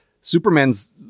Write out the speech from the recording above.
Superman's